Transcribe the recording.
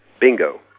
Bingo